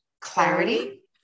clarity